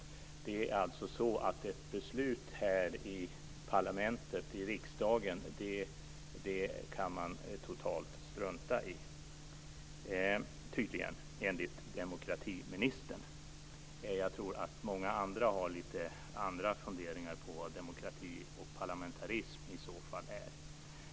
Det är alltså så att ett beslut här i parlamentet, riksdagen, kan man tydligen totalt strunta i, enligt demokratiministern. Jag tror att många andra har lite andra funderingar om vad demokrati och parlamentarism i så fall är.